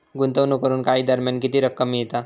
गुंतवणूक करून काही दरम्यान किती रक्कम मिळता?